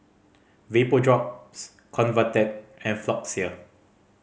Vapodrops Convatec and Floxia